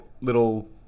little